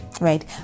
right